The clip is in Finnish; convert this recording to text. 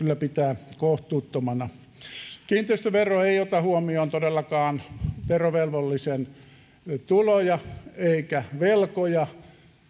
jo kyllä pitää kohtuuttomana kiinteistövero ei ota huomioon todellakaan verovelvollisen tuloja eikä velkoja